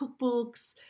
cookbooks